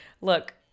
Look